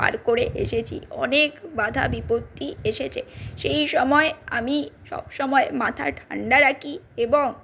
পার করে এসেছি অনেক বাধা বিপত্তি এসেছে সেই সময়ে আমি সবসময় মাথা ঠান্ডা রাখি এবং